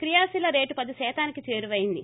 క్రియాశీల రేటు పది శాతానికి చేరుపైంది